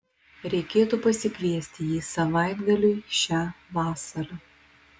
reikėtų pasikviesti jį savaitgaliui šią vasarą